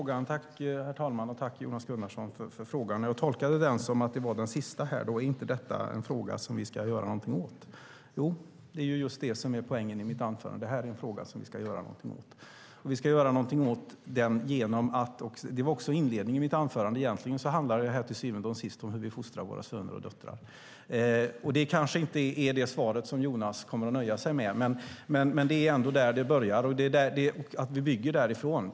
Herr talman! Jag tolkade Jonas Gunnarssons fråga, den sista, som: Är inte detta en fråga som vi ska göra någonting åt? Jo, det är just det som var poängen i mitt anförande; det här är en fråga som vi ska göra någonting åt. Egentligen handlar det här, som jag sade i inledningen av mitt anförande, till syvende och sist om hur vi fostrar våra söner och döttrar. Det kanske inte är ett svar som Jonas kommer att nöja sig med, men det är ändå där det börjar. Vi bygger därifrån.